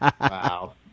Wow